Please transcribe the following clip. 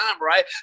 right